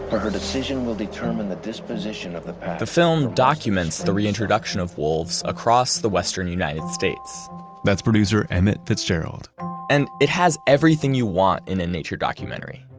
her her decision will determine the disposition of the pack. the film documents the reintroduction of wolves across the western united states that's producer emmett fitzgerald and it has everything you want in a nature documentary,